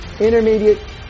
intermediate